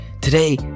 Today